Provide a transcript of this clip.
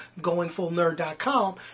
goingfullnerd.com